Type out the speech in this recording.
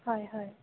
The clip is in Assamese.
হয় হয়